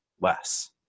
less